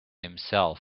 himself